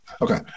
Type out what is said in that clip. Okay